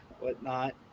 whatnot